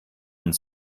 und